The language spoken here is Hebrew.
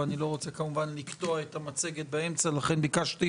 ואני כמובן לא רוצה לקטוע את המצגת באמצע ולכן ביקשתי